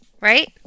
right